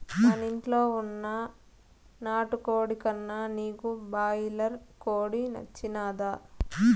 మనింట్ల వున్న నాటుకోడి కన్నా నీకు బాయిలర్ కోడి నచ్చినాదా